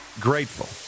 grateful